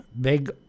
big